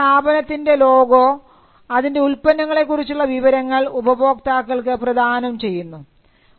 അപ്പോൾ ഒരു സ്ഥാപനത്തിൻറെ ലോഗോ അതിൻറെ ഉൽപ്പന്നങ്ങളെ കുറിച്ചുള്ള വിവരങ്ങൾ ഉപഭോക്താക്കൾക്ക് പ്രദാനം ചെയ്യുന്നു